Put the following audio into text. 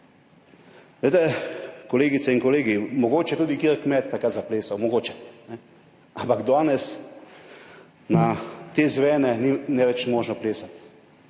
Glejte, kolegice in kolegi, mogoče tudi kateri kmet takrat zaplesal, mogoče. Ampak danes na te zvene ni ne več možno plesati.